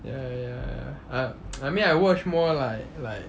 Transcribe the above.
ya ya ya ya I I mean I watch more like like